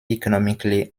economically